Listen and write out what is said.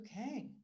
okay